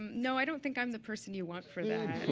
no, i don't think i'm the person you want for that.